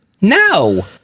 No